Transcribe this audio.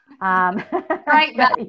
Right